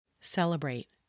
Celebrate